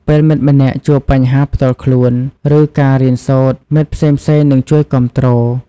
ពេលមិត្តម្នាក់ជួបបញ្ហាផ្ទាល់ខ្លួន ឬការរៀនសូត្រ មិត្តផ្សេងៗនឹងជួយគាំទ្រ។